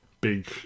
big